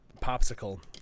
popsicle